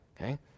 Okay